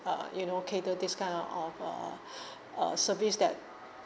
uh you know cater this kind of a uh service that